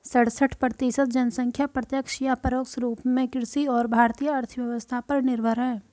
सड़सठ प्रतिसत जनसंख्या प्रत्यक्ष या परोक्ष रूप में कृषि और भारतीय अर्थव्यवस्था पर निर्भर है